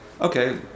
okay